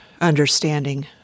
understanding